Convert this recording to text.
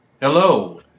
Hello